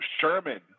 Sherman